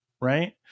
right